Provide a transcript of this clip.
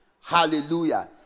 Hallelujah